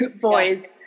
boys